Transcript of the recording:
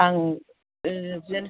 आं